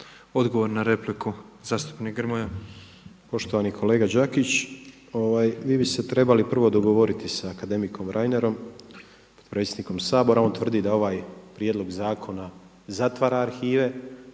Odgovor na repliku zastupnik Grmoja. **Grmoja, Nikola (MOST)** Poštovani kolega Đakić, vi bi ste se trebali prvo dogovoriti sa akademikom Reinerom, potpredsjednikom Sabora, on tvrdi da ovaj prijedlog zakona zatvara arhive,